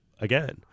again